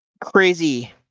crazy